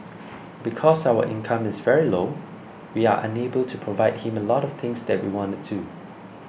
because our income is very low we are unable to provide him a lot of things that we wanna to